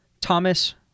Thomas